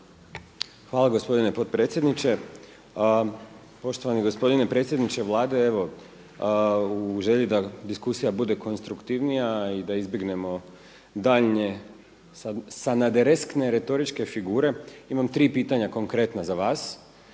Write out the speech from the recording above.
Hvala gospodine potpredsjedniče. Poštovani gospodine predsjedniče Vlade, evo u želji da diskusija bude konstruktivnija i da izbjegnemo daljnje sanadereskne retoričke figure imam tri pitanja konkretna za vas